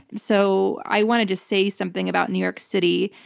so i wanted to say something about new york city.